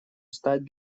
стать